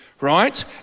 right